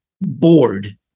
bored